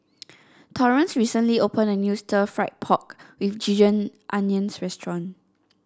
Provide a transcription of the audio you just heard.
Torrence recently opened a new Stir Fried Pork with Ginger Onions restaurant